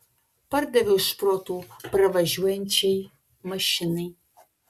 pardaviau šprotų pravažiuojančiai mašinai